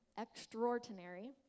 extraordinary